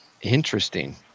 Interesting